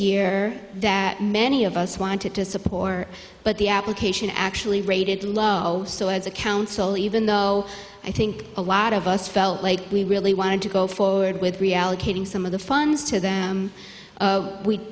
year that many of us wanted to support but the application actually rated low as a council even though i think a lot of us felt like we really wanted to go forward with reallocating some of the funds to them